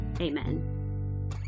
amen